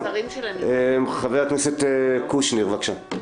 חבר הכנסת קושניר, בבקשה.